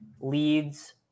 leads